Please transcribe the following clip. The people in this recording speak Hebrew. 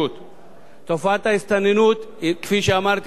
תופעת ההסתננות היא, כפי שאמרתי, בעיה אסטרטגית,